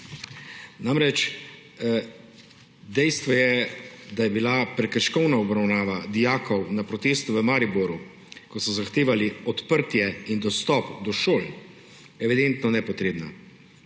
Dejstvo je, da je bila prekrškovna obravnava dijakov na protestu v Mariboru, ko so zahtevali odprtje in dostop do šol, evidentno nepotrebna.